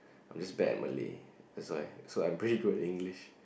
is bad in Malay so I so I pretty good in English